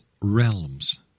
realms